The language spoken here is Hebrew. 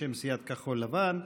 בשם סיעת כחול לבן,